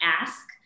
ask